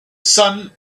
sun